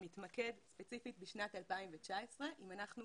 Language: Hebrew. מתמקד ספציפית בשנת 2019. אם אנחנו